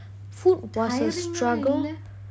tiring eh இல்ல:illa